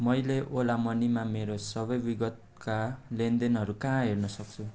मैले ओला मनीमा मेरो सबै विगतका लेनदेनहरू कहाँ हेर्नुसक्छु